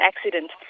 accident